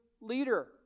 leader